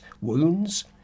wounds